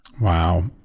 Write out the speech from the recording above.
Wow